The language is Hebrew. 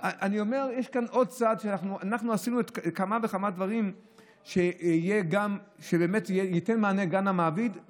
אנחנו עשינו כמה וכמה דברים שייתנו מענה גם למעביד,